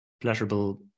pleasurable